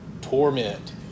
Torment